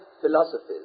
philosophies